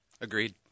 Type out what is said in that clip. Agreed